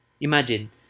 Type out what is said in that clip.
Imagine